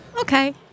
okay